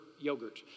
yogurt